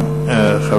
לך.